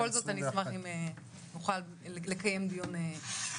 בכל זאת אני אשמח אם נוכל לקיים דיון תרבותי.